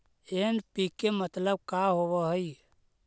NPK मतलब का होव हइ?